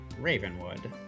Ravenwood